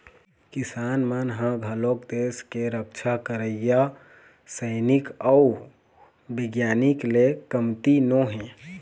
किसान मन ह घलोक देस के रक्छा करइया सइनिक अउ बिग्यानिक ले कमती नो हे